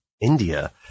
India